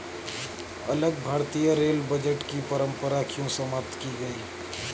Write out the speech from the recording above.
अलग भारतीय rail budget की परंपरा क्यों समाप्त की गई?